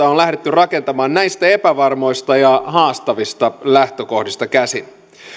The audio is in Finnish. on lähdetty rakentamaan näistä epävarmoista ja haastavista lähtökohdista käsin